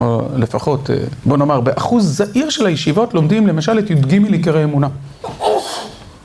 או לפחות, בוא נאמר, באחוז זעיר של הישיבות לומדים למשל את י"ג עיקרי אמונה.